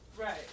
Right